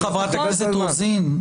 חברת הכנסת רוזין.